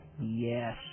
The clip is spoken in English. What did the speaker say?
Yes